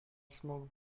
smoked